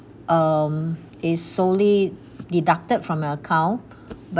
um is solely deducted from your account but